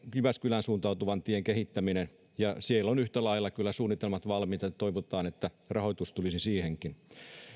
jyväskylään suuntautuvan tien kehittäminen ja siellä ovat yhtä lailla kyllä suunnitelmat valmiit toivotaan että rahoitus tulisi siihenkin